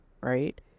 right